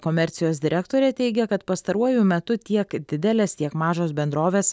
komercijos direktorė teigia kad pastaruoju metu tiek didelės tiek mažos bendrovės